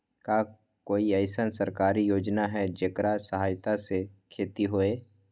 का कोई अईसन सरकारी योजना है जेकरा सहायता से खेती होय?